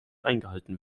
eingehalten